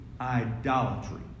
idolatry